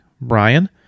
Brian